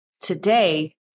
today